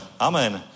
Amen